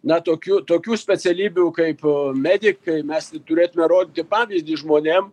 na tokių tokių specialybių kaip medikai mes turėtume rodyti pavyzdį žmonėm